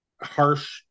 harsh